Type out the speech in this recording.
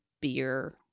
beer